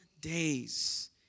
days